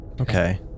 okay